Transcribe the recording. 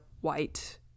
white